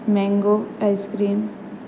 mango ice cream